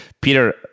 Peter